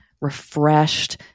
refreshed